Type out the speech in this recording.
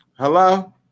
Hello